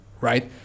right